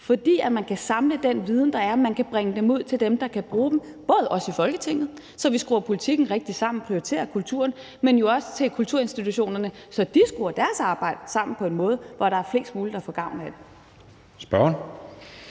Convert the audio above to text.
fordi man kan samle den viden, der er, og fordi man kan bringe den ud til dem, der kan bruge den, både til os i Folketinget, så vi skruer politikken rigtigt sammen og prioriterer kulturen, men jo også til kulturinstitutionerne, så de skruer deres arbejde sammen på en måde, så der er flest mulige, der får gavn af det.